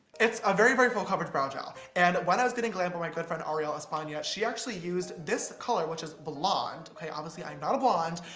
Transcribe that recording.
it's a very, very full-coverage brow gel. and when i was getting glammed by my good friend arielle espana, she actually used this color, which is blonde, okay, obviously i'm not a blonde,